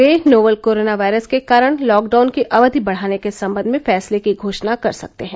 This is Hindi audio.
वे नोवल कोरोना वायरस के कारण लॉकडाउन की अवधि बढ़ाने के सम्बंध में फैसले की घोषणा कर सकते हैं